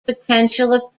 potential